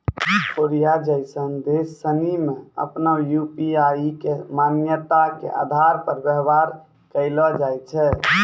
Korea जैसन देश सनि मे आपनो यू.पी.आई के मान्यता के आधार पर व्यवहार कैलो जाय छै